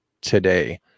today